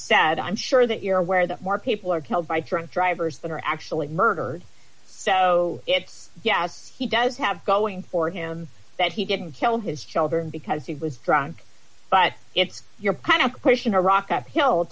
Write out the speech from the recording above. said i'm sure that you're aware that more people are killed by drunk drivers that are actually murders so it's yes he does have going for him that he didn't kill his children because he was drunk but it's your pent up question a rock up hill